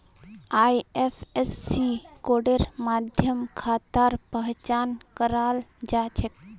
IFSC कोडेर माध्यम खातार पहचान कराल जा छेक